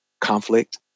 conflict